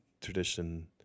tradition